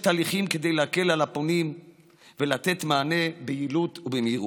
הליכים כדי להקל על הפונים ולתת מענה ביעילות ובמהירות.